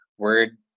word